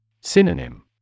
Synonym